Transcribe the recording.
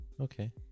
Okay